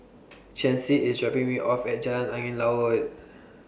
Chancey IS dropping Me off At Jalan Angin Laut